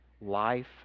life